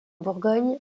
bourgogne